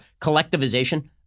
collectivization